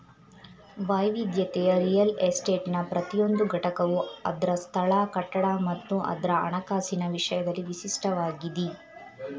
ವೈವಿಧ್ಯತೆಯ ರಿಯಲ್ ಎಸ್ಟೇಟ್ನ ಪ್ರತಿಯೊಂದು ಘಟಕವು ಅದ್ರ ಸ್ಥಳ ಕಟ್ಟಡ ಮತ್ತು ಅದ್ರ ಹಣಕಾಸಿನ ವಿಷಯದಲ್ಲಿ ವಿಶಿಷ್ಟವಾಗಿದಿ